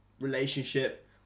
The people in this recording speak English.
relationship